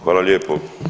Hvala lijepo.